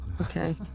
Okay